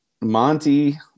Monty